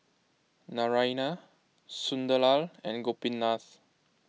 Naraina Sunderlal and Gopinath